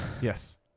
Yes